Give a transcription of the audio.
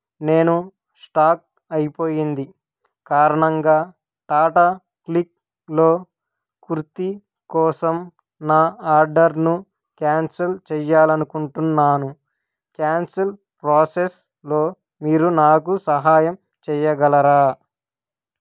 నేను స్టాక్ అయిపోయింది కారణంగా టాటా క్లిక్లో కుర్తి కోసం నా ఆర్డర్ను క్యాన్సిల్ చేయాలి అనుకుంటున్నాను క్యాన్సిల్ ప్రోసెస్లో మీరు నాకు సహాయం చేయగలరా